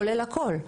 כולל הכול.